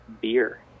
beer